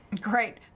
Great